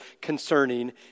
concerning